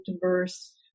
diverse